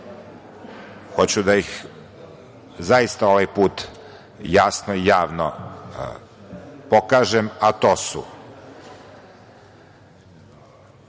Hoću da ih zaista ovaj put jasno i javno pokažem, a to su: